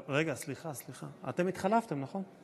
רגע, סליחה, סליחה, אתם התחלפתם, נכון?